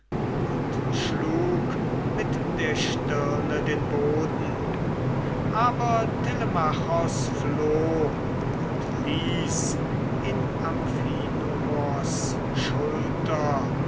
und schlug mit der stirne den boden aber telemachos floh und ließ in amphinomos